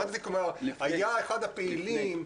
היה אחד הפעילים.